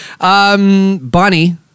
Bonnie